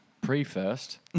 pre-first